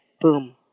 boom